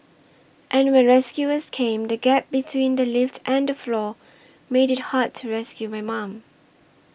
and when rescuers came the gap between the lift and the floor made it hard to rescue my mum